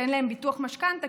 אין להם ביטוח משכנתה,